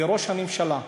וראש הממשלה,